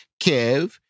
Kev